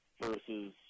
versus